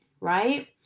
right